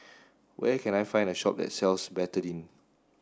where can I find a shop that sells Betadine